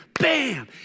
bam